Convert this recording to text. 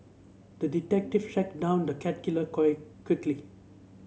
the detective tracked down the cat killer quickly